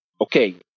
Okay